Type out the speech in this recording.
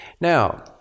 Now